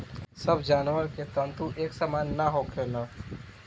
सब जानवर के तंतु एक सामान ना होखेला